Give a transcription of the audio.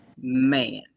Man